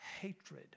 hatred